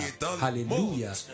hallelujah